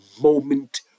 moment